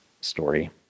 story